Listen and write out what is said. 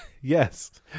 yes